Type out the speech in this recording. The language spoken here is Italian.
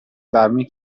darmi